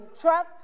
truck